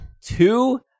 Two